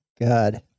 God